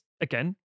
again